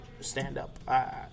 stand-up